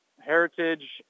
heritage